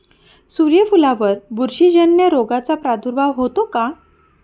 सूर्यफुलावर बुरशीजन्य रोगाचा प्रादुर्भाव होतो का?